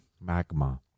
Magma